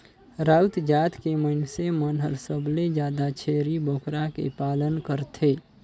राउत जात के मइनसे मन हर सबले जादा छेरी बोकरा के पालन करथे